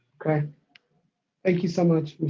okay thank you so much.